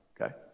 okay